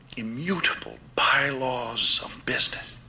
immutable bylaws of business.